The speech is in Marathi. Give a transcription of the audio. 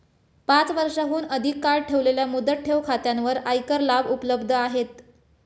पाच वर्षांहून अधिक काळ ठेवलेल्या मुदत ठेव खात्यांवर आयकर लाभ उपलब्ध आहेत